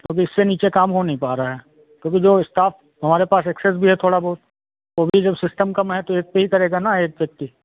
अब इससे नीचे काम हो नहीं पा रहा है अभी जो स्टाफ हमारे पास एक्सेस भी है थोड़ा बहुत वो भी जब सिस्टम कम है तो एक पर ही करेगा न एक व्यक्ति